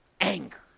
Anger